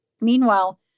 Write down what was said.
Meanwhile